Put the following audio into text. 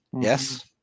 Yes